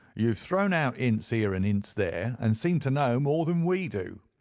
you have thrown out hints here, and hints there, and seem to know more than we do,